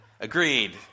agreed